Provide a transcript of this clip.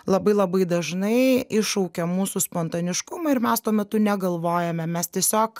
labai labai dažnai iššaukia mūsų spontaniškumą ir mes tuo metu negalvojame mes tiesiog